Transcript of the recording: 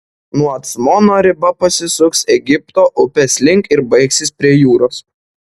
nuo acmono riba pasisuks egipto upės link ir baigsis prie jūros